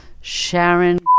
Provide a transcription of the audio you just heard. Sharon